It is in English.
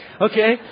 Okay